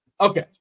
Okay